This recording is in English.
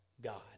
God